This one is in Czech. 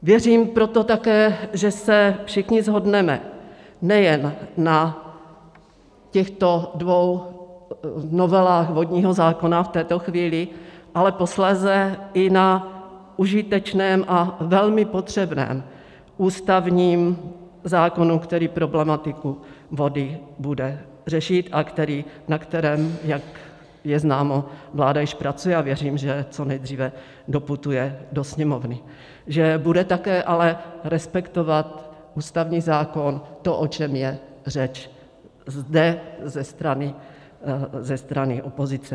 Věřím proto také, že se všichni shodneme nejen na těchto dvou novelách vodního zákona v této chvíli, ale posléze i na užitečném a velmi potřebném ústavním zákonu, který problematiku vody bude řešit a na kterém, jak je známo, vláda již pracuje, a věřím, že co nejdříve doputuje do Sněmovny, že bude také ale respektovat ústavní zákon to, o čem je řeč zde ze strany opozice.